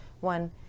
one